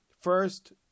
First